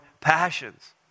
passions